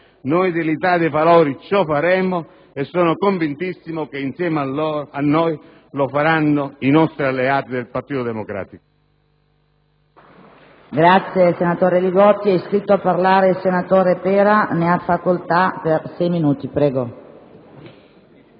Noi dell'Italia dei Valori ciò faremo e sono convintissimo che, insieme a noi, lo faranno i nostri alleati del Partito Democratico.